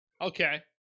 Okay